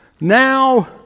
now